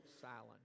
silent